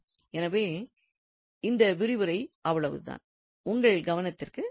எனவே இந்த விரிவுரைக்கு அவ்வளவுதான் உங்கள் கவனத்திற்கு நன்றி